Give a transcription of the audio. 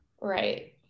right